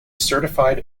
certified